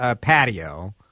patio